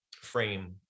frame